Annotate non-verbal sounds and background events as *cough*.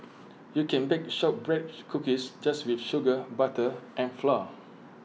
you can bake shortbread *unintelligible* cookies just with sugar butter and flour